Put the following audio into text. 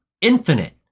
Infinite